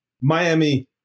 Miami